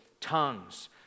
tongues